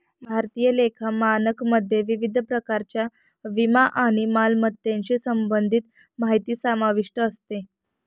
भारतीय लेखा मानकमध्ये विविध प्रकारच्या विमा आणि मालमत्तेशी संबंधित माहिती समाविष्ट असते